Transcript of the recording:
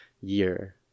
year